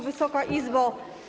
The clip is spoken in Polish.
Wysoka Izbo!